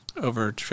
over